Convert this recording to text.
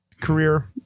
career